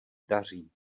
daří